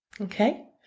Okay